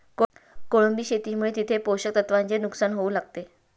कोळंबी शेतीमुळे तिथे पोषक तत्वांचे नुकसान होऊ लागले